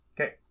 Okay